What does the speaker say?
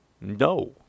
No